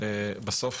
לזכור שבסוף,